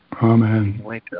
Amen